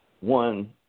one